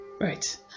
Right